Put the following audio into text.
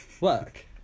Work